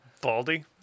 baldy